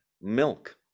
milk